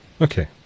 Okay